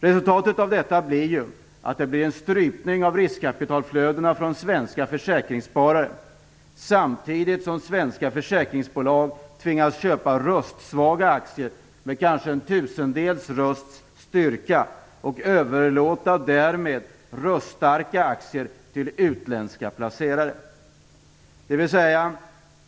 Resultatet blir en strypning av riskkapitalflödet från svenska försäkringssparare, samtidigt som svenska försäkringsbolag tvingas köpa röstsvaga aktier med kanske en tusendels rösts styrka och därmed överlåta röststarka aktier till utländska placerare.